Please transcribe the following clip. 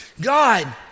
God